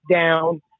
down